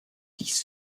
dies